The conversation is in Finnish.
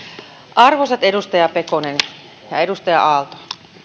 arvoisat edustaja pekonen ja edustaja aalto